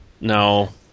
no